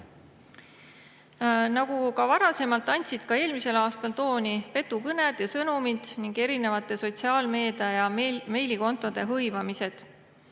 Nagu varem, andsid ka eelmisel aastal tooni petukõned ja sõnumid ning erinevate sotsiaalmeedia- ja meilikontode hõivamised.